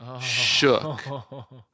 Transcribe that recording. shook